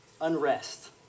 unrest